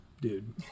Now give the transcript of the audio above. dude